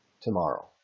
tomorrow